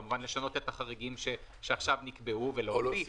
כמובן, לשנות את החריגים שעכשיו נקבעו ולהוסיף.